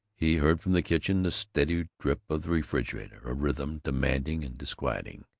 he heard from the kitchen the steady drip of the refrigerator, a rhythm demanding and disquieting.